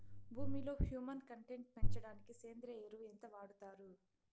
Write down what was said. భూమిలో humus content పెంచడానికి సేంద్రియ ఎరువు ఎంత వాడుతారు